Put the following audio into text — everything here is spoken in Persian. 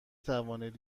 توانید